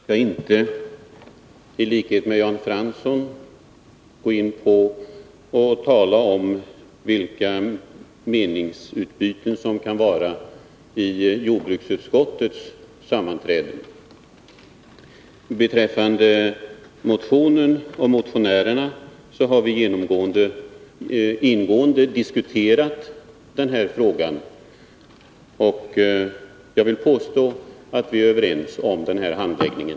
Fru talman! Jag skall inte i likhet med Jan Fransson gå in på vilka meningsutbyten som kan ha förekommit vid jordbruksutskottets sammanträden. Beträffande motionen och motionärerna har vi ingående behandlat den här frågan, och jag vill påstå att vi är överens om handläggningen.